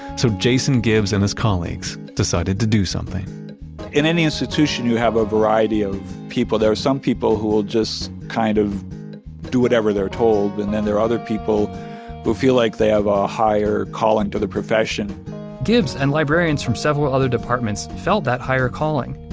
so jason gibbs and his colleagues decided to do something in any institution, you have a variety of people. there are some people who will just kind of do whatever they're told, and then there are other people who feel like they have a higher calling to the profession gibbs and librarians from several other departments felt that higher calling.